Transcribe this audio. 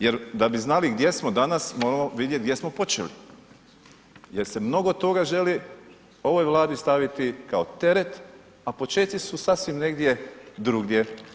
Jer da bi znali gdje smo danas smo vidjet gdje smo počeli, jer se mnogo toga želi ovoj Vladi staviti kao teret, a počeci su sasvim negdje drugdje.